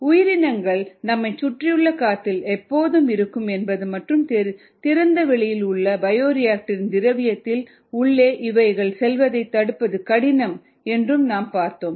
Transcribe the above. உயிரினங்கள் நம்மைச் சுற்றியுள்ள காற்றில் எப்போதும் இருக்கும் என்பதும் மற்றும் திறந்த வெளியில் உள்ள பயோரிஆக்டர்இன் திரவியத்தின் உள்ளே இவைகள் செல்வதைத் தடுப்பது கடினம் என்றும் நாம் பார்த்தோம்